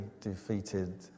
defeated